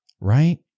right